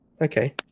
okay